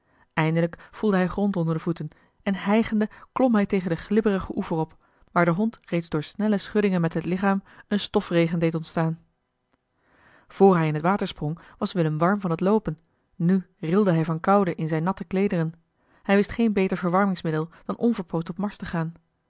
eindelijk voelde hij grond onder de voeten en hijgende klom hij tegen den glibberigen oever op waar de hond reeds door snelle schuddingen met het lichaam een stofregen deed ontstaan vr hij in het water sprong was willem warm van t loopen nu rilde hij van koude in zijne natte kleederen hij wist geen beter verwarmingsmiddel dan onverpoosd op marsch te gaan